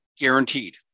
guaranteed